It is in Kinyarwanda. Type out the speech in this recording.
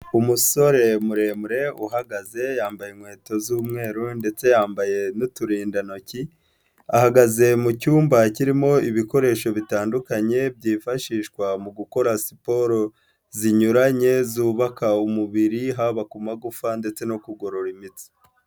Umusore muremure uhagaze yambaye inkweto z'umweru ndetse yambaye n'uturindantoki, ahagaze mu cyumba kirimo ibikoresho bitandukanye byifashishwa mu gukora siporo zinyuranye zubaka umubiri, haba ku magufa ndetse no kugorora imitsi.